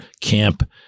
camp